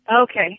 Okay